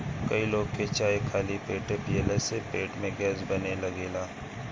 कई लोग के चाय खाली पेटे पियला से पेट में गैस बने लागेला